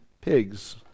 pigs